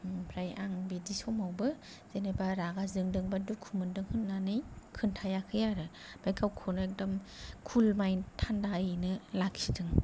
ओमफ्राय आं बिदि समावबो जेनेबा रागा जोंदों बा दुखु मोनदों होन्नानै खोन्थायाखै आरो ओमफाय गावखौनो एकदम खुल माइन्द थान्दायैनो लाखिदों